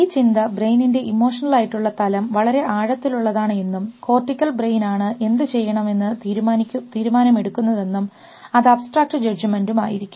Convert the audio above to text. ഈ ചിന്ത ബ്രെയിനിൻറെ ഇമോഷണൽ ആയിട്ടുള്ള തലം വളരെ ആഴത്തിലുള്ളതാണ് എന്നും കോർട്ടിക്കൽ ബ്രെയിൻ ആണ് എന്ത് ചിന്തിക്കണമെന്ന് തീരുമാനമെടുക്കുന്നതും അത് അബ്സ്ട്രാക്റ്റ് ജഡ്ജ്മെൻറ് ആയിരിക്കും